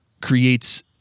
creates